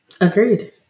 Agreed